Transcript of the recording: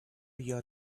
your